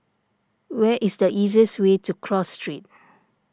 where is the easiest way to Cross Street